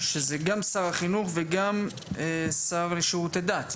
שזה גם שר החינוך וגם שר לשירותי דת,